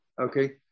okay